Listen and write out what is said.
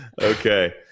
Okay